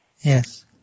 Yes